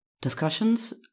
discussions